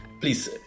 Please